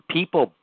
People